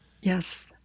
Yes